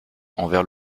envers